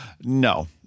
No